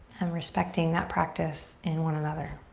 and respecting that practice in one another.